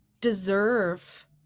deserve